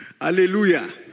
Hallelujah